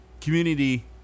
community